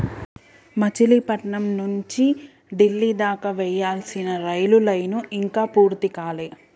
మచిలీపట్నం నుంచి డిల్లీ దాకా వేయాల్సిన రైలు లైను ఇంకా పూర్తి కాలే